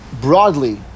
broadly